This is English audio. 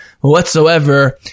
whatsoever